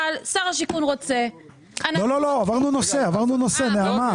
אבל שר השיכון רוצה --- עברנו נושא, נעמה.